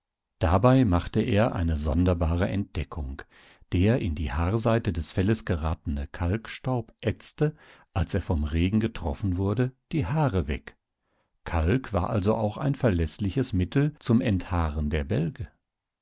dabei machte er eine sonderbare entdeckung der in die haarseite des felles geratene kalkstaub ätzte als er vom regen getroffen wurde die haare weg kalk war also auch ein